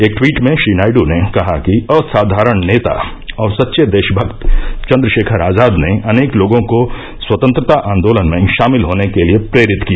एक ट्वीट में श्री नायड् ने कहा कि असाधारण नेता और सच्चे देशभक्त चन्द्रशेखर आजाद ने अनेक लोगों को स्वतंत्रता आंदोलन में शामिल होने के लिए प्रेरित किया